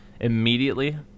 immediately